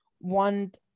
want